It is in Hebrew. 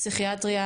פסיכיאטריה,